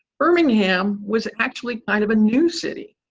birmingham was actually kind of a new city.